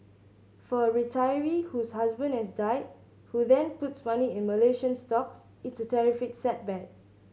for a retiree whose husband has died who then puts money in Malaysian stocks it's a terrific setback